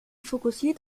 fokussiert